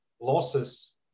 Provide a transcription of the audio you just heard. losses